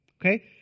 Okay